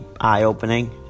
eye-opening